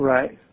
Right